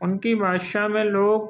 اُن کی بادشاہ میں لوگ